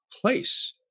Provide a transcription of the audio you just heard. place